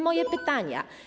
Moje pytania.